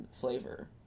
flavor